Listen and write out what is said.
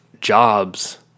jobs